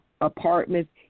apartments